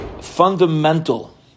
Fundamental